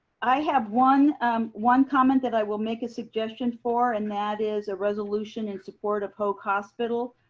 i have one one comment that i will make a suggestion for, and that is a resolution in support of hoag hospital.